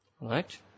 Right